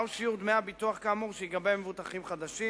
מהו שיעור דמי הביטוח כאמור שייגבו ממבוטחים חדשים